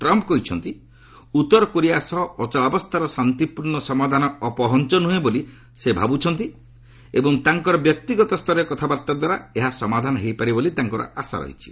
Trump କହିଛନ୍ତି ଉତ୍ତର Korea ସହ ଅଚଳାବସ୍ଥାର ଶାନ୍ତିପୂର୍ଣ୍ଣ ସମାଧାନ ଅପହଞ୍ଚ ନୁହେଁ ବୋଲି ସେ କହିଛନ୍ତି ଏବଂ ତାଙ୍କର ବ୍ୟକ୍ତିଗତ ସ୍ତରରେ କଥାବାର୍ତ୍ତା ଦ୍ୱାରା ସମାଧାନ ହୋଇପାରିବ ବୋଲି ତାଙ୍କର ଆଶା ରହିଛି